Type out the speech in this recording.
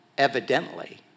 evidently